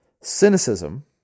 Cynicism